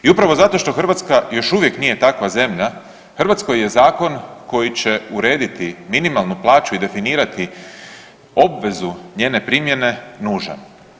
I upravo zato što Hrvatska još uvijek nije takva zemlja, Hrvatskoj je zakon koji će urediti minimalnu plaću i definirati obvezu njene primjene nužan.